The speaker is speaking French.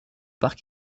parc